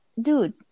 dude